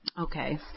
Okay